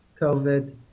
COVID